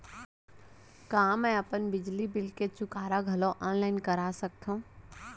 का मैं अपन बिजली बिल के चुकारा घलो ऑनलाइन करा सकथव?